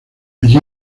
allí